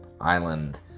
island